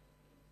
נפאע.